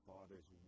Father's